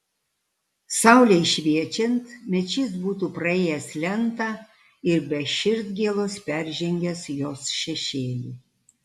saulei šviečiant mečys būtų praėjęs lentą ir be širdgėlos peržengęs jos šešėlį